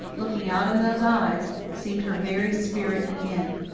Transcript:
looking out of those eyes, seemed her very spirit again.